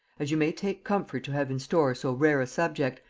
as you may take comfort to have in store so rare a subject,